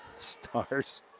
Stars